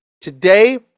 Today